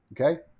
okay